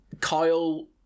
Kyle